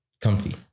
comfy